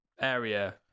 area